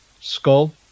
skull